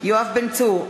יואב בן צור,